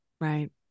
Right